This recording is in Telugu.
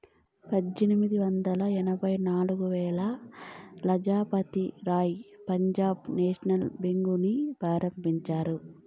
పజ్జేనిమిది వందల తొంభై నాల్గులో లాల లజపతి రాయ్ పంజాబ్ నేషనల్ బేంకుని ఆరంభించారు